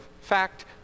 fact